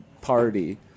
Party